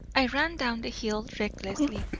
i ran down the hill recklessly.